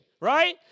Right